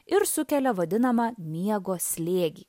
ir sukelia vadinamą miego slėgį